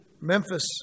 Memphis